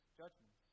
judgments